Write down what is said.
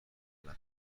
dla